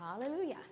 hallelujah